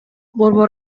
борбор